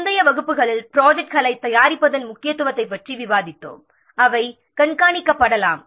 முந்தைய வகுப்புகளில் ப்ராஜெக்ட்களைத் தயாரிப்பதன் முக்கியத்துவத்தைப் பற்றி விவாதித்தோம் அவை கண்காணிக்கப்படலாம்